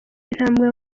intambwe